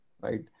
right